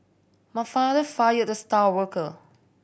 my father fired the star worker